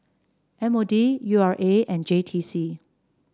M O D U R A and J T C